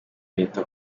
leta